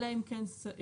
אלא אם כן שוכנע,